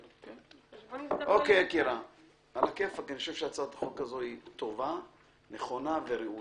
אני חושב שהצעת החוק הזאת נכונה, טובה וראויה.